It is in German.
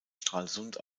stralsund